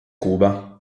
cuba